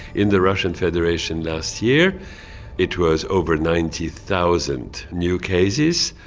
in the russian federation last year it was over ninety thousand new cases.